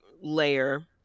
layer